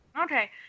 okay